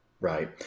right